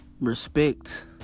respect